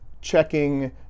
checking